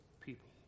people